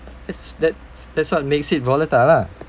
it's that's that's what makes it volatile lah